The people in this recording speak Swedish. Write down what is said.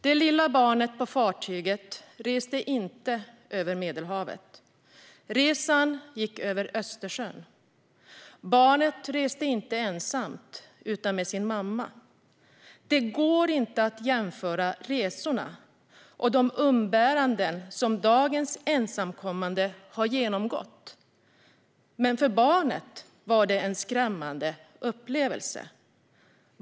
Det lilla barnet på fartyget reste inte över Medelhavet. Resan gick över Östersjön. Barnet reste inte ensamt utan med sin mamma. Det går inte att jämföra resan eller barnets umbäranden med de som dagens ensamkommande har genomgått. Men för barnet var det en skrämmande upplevelse.